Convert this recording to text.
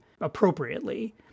appropriately